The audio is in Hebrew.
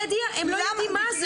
מולטימדיה-הם לא יודעים מה זה.